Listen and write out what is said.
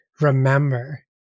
remember